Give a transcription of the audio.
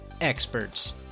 experts